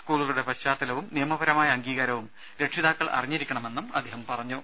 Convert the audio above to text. സ്കൂളുകളുടെ പശ്ചാത്തലവും നിയമപരമായ അംഗീകാരവും രക്ഷിതാക്കൾ അറിഞ്ഞിരിക്കണമെന്നും അദ്ദേഹം പറഞ്ഞു